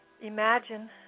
imagine